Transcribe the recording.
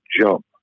jump